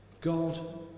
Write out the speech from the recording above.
God